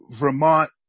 Vermont